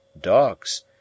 dogs